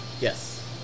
Yes